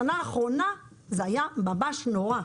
בשנה האחרונה זה היה ממש נורא.